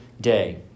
day